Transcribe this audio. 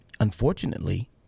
unfortunately